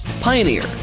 Pioneer